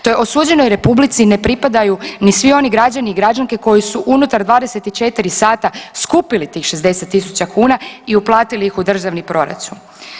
Toj osuđenoj Republici ne pripadaju ni svi oni građani i građanke koji su unutar 24 sata skupili tih 60 000 kuna i uplatili ih u državni proračun.